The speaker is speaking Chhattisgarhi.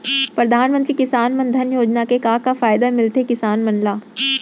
परधानमंतरी किसान मन धन योजना के का का फायदा मिलथे किसान मन ला?